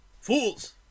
fools